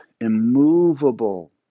immovable